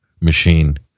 machine